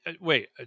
wait